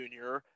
Jr